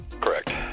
Correct